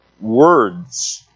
words